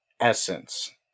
essence